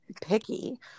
picky